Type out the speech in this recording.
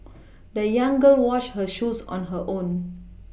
the young girl washed her shoes on her own